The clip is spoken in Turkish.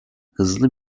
hızlı